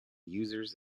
users